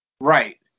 Right